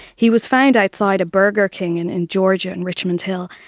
he was found outside a burger king and in georgia, in richmond hill,